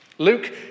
Luke